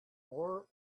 more